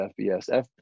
FBS